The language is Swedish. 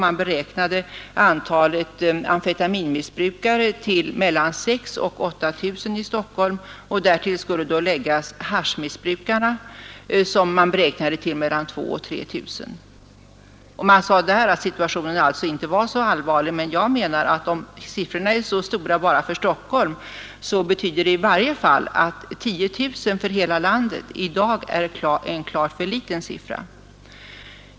Man beräknade antalet amfetaminmissbrukare i Stockholm till mellan 6 000 och 8 000, och därtill skulle då läggas haschmissbrukarna, som beräknades till mellan 2 000 och 3 000. Situationen var alltså, sade man, inte så allvarlig. Men jag anser att om siffrorna är så stora bara för Stockholm, så betyder det i varje fall att 10 000 för hela landet är en klart för liten siffra.